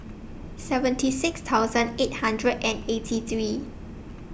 seventy six thousand eight hundred and eighty three